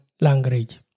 language